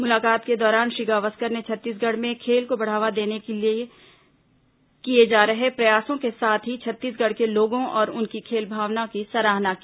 मुलाकात के दौरान श्री गावस्कर ने छत्तीसगढ़ में खेल को बढ़ावा देने के लिए किए जा रहे प्रयासों के साथ ही छत्तीसगढ़ के लोगों और उनकी खेल भावना की सराहना की